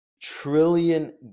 trillion